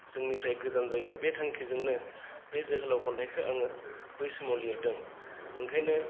जोंनिफ्राय गोजान जायो बे थांखिजोंनो बे जोहोलाव खन्थाइखौ आङो बै समाव लिरदों ओंखायनो